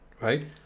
Right